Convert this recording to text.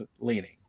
leaning